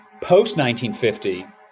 Post-1950